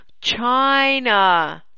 China